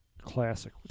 Classic